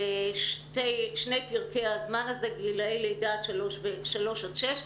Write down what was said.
לשני פרקי הזמן האלה גילאי לידה עד שלוש ושלוש עד שש,